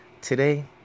today